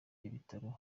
ibitaro